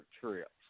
trips